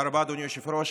תודה רבה, אדוני היושב-ראש.